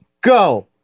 Go